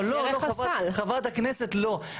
חברת הכנסת, לא.